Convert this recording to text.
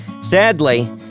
Sadly